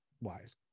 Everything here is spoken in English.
wise